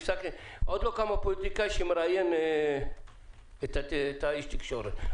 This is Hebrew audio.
עוד לא קם הפוליטיקאי שמראיין את איש התקשורת.